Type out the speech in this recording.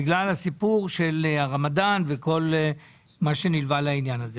בגלל הסיפור של הרמדאן וכל מה שנלווה לעניין הזה.